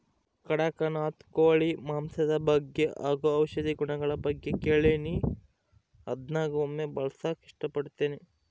ಕಡಖ್ನಾಥ್ ಕೋಳಿ ಮಾಂಸದ ಬಗ್ಗೆ ಹಾಗು ಔಷಧಿ ಗುಣಗಳ ಬಗ್ಗೆ ಕೇಳಿನಿ ಅದ್ನ ಒಮ್ಮೆ ಬಳಸಕ ಇಷ್ಟಪಡ್ತಿನಿ